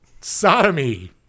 Sodomy